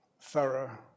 thorough